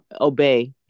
obey